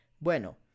bueno